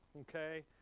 okay